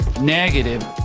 negative